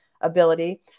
ability